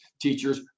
teachers